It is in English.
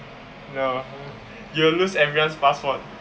no you will lose everyone's passport